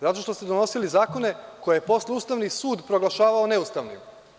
Zato što ste donosili zakone koje je posle Ustavni sud proglašavao kao neustavnim.